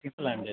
ठीक